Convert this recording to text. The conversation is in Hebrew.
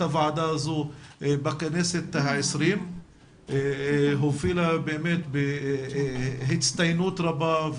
הוועדה הזו בכנסת ה-20 והובילה בהצטיינות רבה,